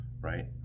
right